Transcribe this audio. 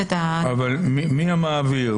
מי המעביר?